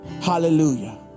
Hallelujah